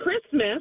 Christmas